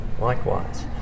likewise